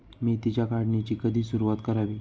मेथीच्या काढणीची कधी सुरूवात करावी?